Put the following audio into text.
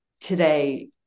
today